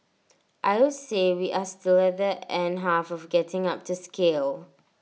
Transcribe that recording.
I would say we are still at the end half of getting up to scale